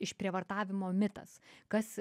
išprievartavimo mitas kas